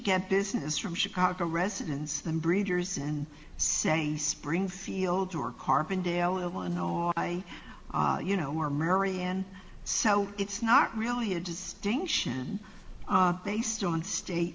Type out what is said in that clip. get business from chicago residents than breeders and saying springfield or carbondale illinois i you know are mary and so it's not really a distinction based on state